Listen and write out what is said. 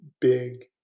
big